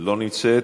לא נמצאת.